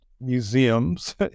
museums